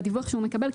בדיווח שהוא מקבל,